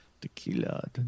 Tequila